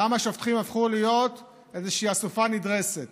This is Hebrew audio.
גם השופטים הפכו להיות איזושהי אסקופה נדרסת.